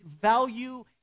value